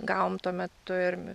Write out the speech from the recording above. gavom tuo metu ir